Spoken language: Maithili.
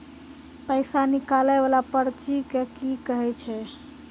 पैसा निकाले वाला पर्ची के की कहै छै?